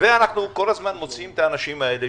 ואנחנו כל הזמן מוציאים את האנשים האלה,